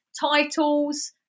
titles